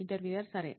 interviewer సరే